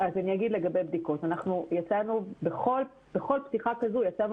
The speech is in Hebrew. אז אגיד לגבי בדיקות בכל פתיחה כזאת יצאנו